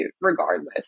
regardless